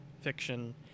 fiction